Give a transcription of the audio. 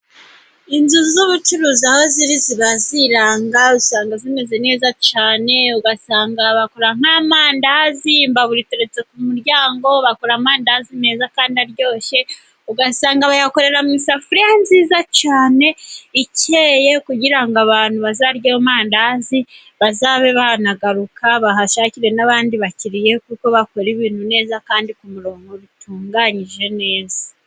Inzu z'ubucuruzi aho ziri ziba ziranga. Usanga zimeze neza cyane. Ugasanga bakora nk'amandazi. Imbabura iteretse ku muryango bakora amandazi meza kandi aryoshye. Ugasanga bayakorera mu isafuriya nziza cyane ikeye, kugira ngo abantu bazaryehomandazi bazabe banagaruka, bahashakire n'abandi bakiriya, kuko bakora ibintu neza, kandi ku murongo bitunganyije neza.